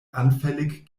anfällig